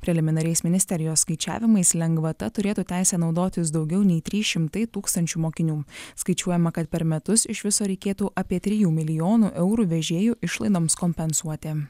preliminariais ministerijos skaičiavimais lengvata turėtų teisę naudotis daugiau nei trys šimtai tūkstančių mokinių skaičiuojama kad per metus iš viso reikėtų apie trijų milijonų eurų vežėjų išlaidoms kompensuoti